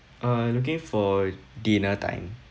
uh looking for dinner time